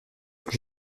plus